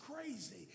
crazy